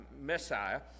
Messiah